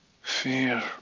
fear